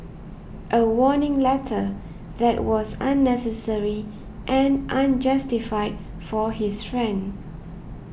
a warning letter that was unnecessary and unjustified for his friend